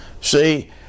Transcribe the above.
See